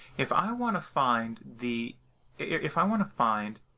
if i want to find the if i want to find